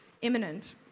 imminent